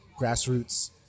grassroots